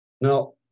Now